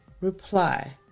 reply